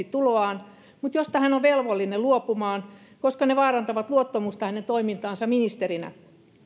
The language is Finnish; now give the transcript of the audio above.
tuloaan mutta joista hän on velvollinen luopumaan koska ne vaarantavat luottamusta hänen toimintaansa ministerinä